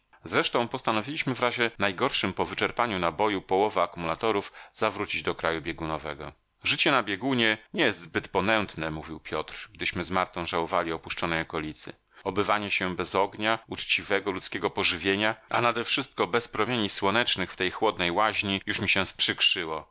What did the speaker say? zresztą postanowiliśmy w razie najgorszym po wyczerpaniu naboju połowy akumulatorów zawrócić do kraju biegunowego życie na biegunie nie jest zbyt ponętne mówił piotr gdyśmy z martą żałowali opuszczonej okolicy obywanie się bez ognia uczciwego ludzkiego pożywienia a nadewszystko bez promieni słonecznych w tej chłodnej łaźni już mi się